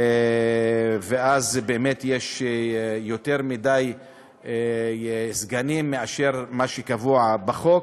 ואז באמת יש יותר סגנים ממה שקבוע בחוק.